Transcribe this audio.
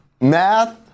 Math